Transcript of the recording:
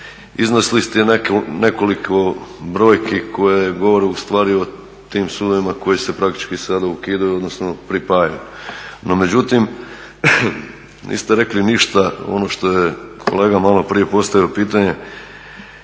Iznesli ste nekoliko brojki koje govore ustvari o tim sudovima koji se praktički sada ukidaju, odnosno pripajaju no međutim, niste rekli ništa ono što je kolega maloprije postavio pitanje,